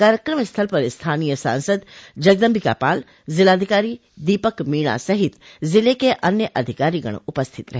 कार्यक्रम स्थल पर स्थानीय सांसद जगदम्बिका पाल जिलाधिकारी दीपक मीणा सहित जिले के अन्य अधिकारीगण उपस्थित रहे